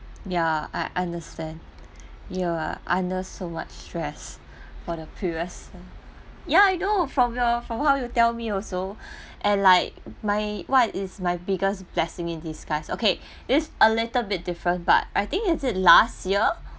ya I understand you're under so much stress for the previous ya I know from your from how you tell me also and like my what is my biggest blessing in disguise okay this a little bit different but I think is it last year